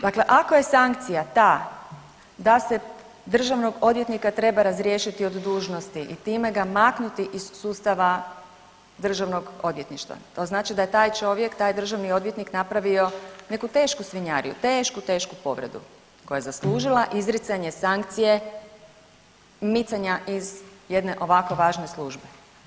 Dakle, ako je sankcija ta da se državnog odvjetnika treba razriješiti od dužnosti i time ga maknuti iz sustava državnog odvjetništva to znači da je taj čovjek, taj državni odvjetnik napravio neku tešku svinjariju, tešku, tešku povredu koja je zaslužila izricanje sankcije micanja iz jedne ovako važne službe.